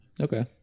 okay